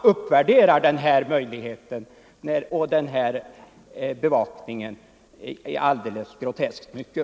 Man uppvärderar betydelsen av den här bevakningen alldeles groteskt.